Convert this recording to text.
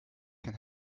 can